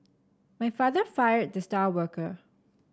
my father fired the star worker